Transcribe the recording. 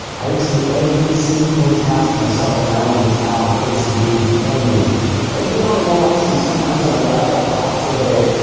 i used to do every single task myself and now i just have a person doing that for me. and and you know in all honesty, sometimes i wrap up a hustle day,